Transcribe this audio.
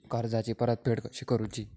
कर्जाची परतफेड कशी करुची?